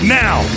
now